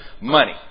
money